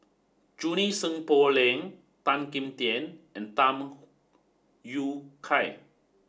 Junie Sng Poh Leng Tan Kim Tian and Tham Yui Kai